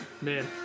man